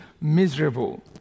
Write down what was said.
miserable